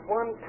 one